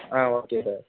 ah okay sir